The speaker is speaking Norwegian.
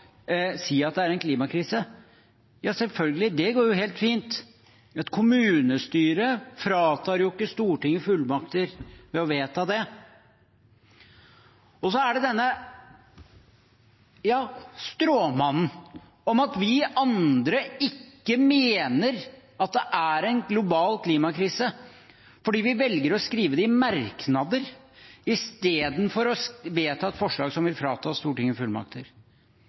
si at det er en klimakrise. Ja, selvfølgelig, det går jo helt fint, et kommunestyre fratar jo ikke Stortinget fullmakter ved å vedta det. Og så er det denne stråmannen at vi andre ikke mener at det er global klimakrise, fordi vi velger å skrive det i merknader istedenfor å vedta et forslag som vil frata